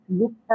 look